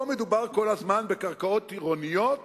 פה מדובר כל הזמן בקרקעות עירוניות